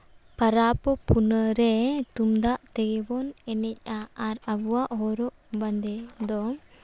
ᱯᱚᱨᱚᱵᱽ ᱯᱩᱱᱟᱹᱭ ᱨᱮ ᱛᱩᱢᱫᱟᱜ ᱛᱮᱜᱮ ᱵᱚᱱ ᱮᱱᱮᱡᱽᱼᱟ ᱟᱨ ᱟᱵᱚᱣᱟᱜ ᱦᱚᱨᱚᱜ ᱵᱟᱸᱫᱮ ᱫᱚ